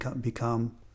become